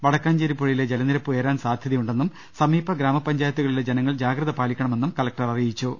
വടക്കാഞ്ചേരി പുഴയിലെ ജലനിരപ്പ് ഉയരാൻ സാധ്യതയുണ്ടെന്നും സമീപ ഗ്രാമപഞ്ചായത്തുകളിലെ ജനങ്ങൾ ജാഗ്രത പാലിക്കണമെന്നും കലക്ടർ അറിയിച്ചു